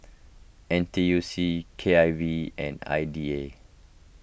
N T U C K I V and I D A